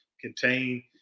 contain